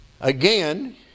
Again